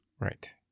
Right